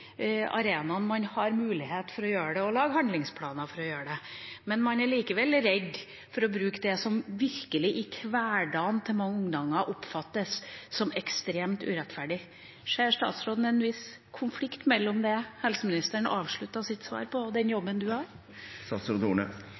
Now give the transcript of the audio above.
man har mulighet til å gjøre det, og lager handlingsplaner for å gjøre det. Men man er likevel redd for å bruke det som i hverdagen til mange ungdommer virkelig oppfattes som ekstremt urettferdig. Ser statsråden en viss konflikt mellom det helseministeren avsluttet sitt svar med, og den jobben hun har?